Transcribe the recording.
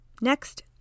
Next